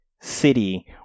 city